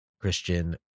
Christian